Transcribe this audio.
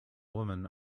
woman